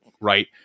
Right